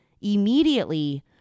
Immediately